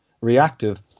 reactive